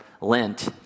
Lent